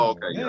Okay